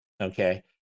Okay